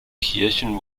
kirchen